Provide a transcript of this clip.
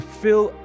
fill